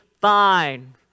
fine